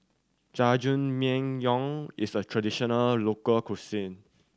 jajangmyeon is a traditional local cuisine